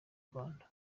rwanda